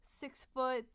six-foot